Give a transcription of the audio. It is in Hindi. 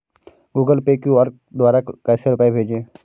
गूगल पे क्यू.आर द्वारा कैसे रूपए भेजें?